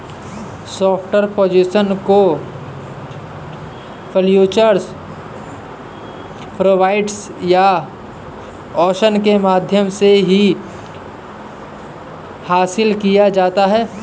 short position को futures, forwards या options के माध्यम से भी हासिल किया जाता है